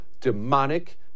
demonic